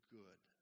good